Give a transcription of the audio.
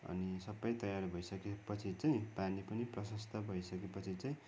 अनि सबै तयार भइसकेपछि चाहिँ पानी पनि प्रसस्त भइसकेपछि चाहिँ